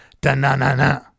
da-na-na-na